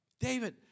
David